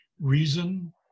reason